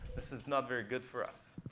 this is not very good for us.